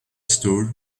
store